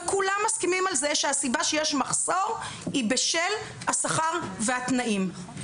וכולם מסכימים על זה שהסיבה שיש מחסור היא בשל השכר והתנאים.